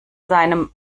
seinem